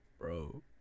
bro